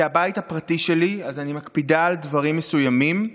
זה הבית הפרטי שלי אז אני מקפידה על דברים מסוימים.